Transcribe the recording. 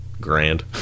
grand